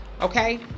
okay